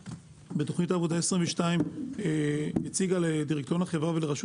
בתכנית העבודה של 22' עמידר הציגה לדירקטוריון החברה ולרשות